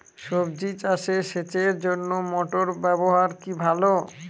সবজি চাষে সেচের জন্য মোটর ব্যবহার কি ভালো?